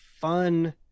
fun